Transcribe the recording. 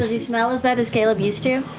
does he smell as bad as caleb used to?